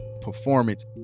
performance